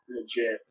legit